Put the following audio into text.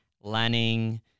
Lanning